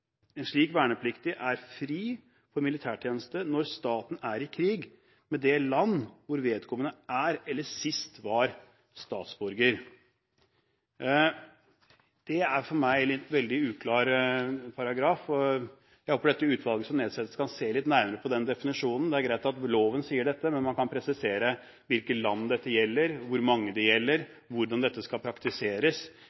En slik vernepliktig er fri for militærtjeneste når staten er i krig med det land hvor vedkommende er eller sist var statsborger.» Dette er for meg en veldig uklar paragraf, og jeg håper at dette utvalget som nedsettes, kan se litt nærmere på den definisjonen. Det er greit at loven sier dette, men man kan presisere hvilke land dette gjelder, hvor mange det gjelder,